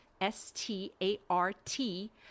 S-T-A-R-T